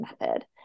Method